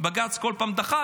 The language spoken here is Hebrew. בג"ץ כל פעם דחה.